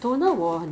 err no